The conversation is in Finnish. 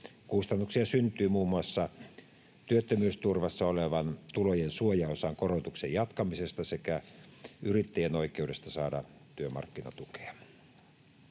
Kustannuksia syntyy muun muassa työttömyysturvassa olevan tulojen suojaosan korotuksen jatkamisesta sekä yrittäjien oikeudesta saada työmarkkinatukea.